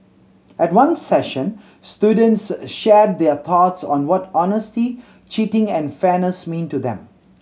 at one session students shared their thoughts on what honesty cheating and fairness mean to them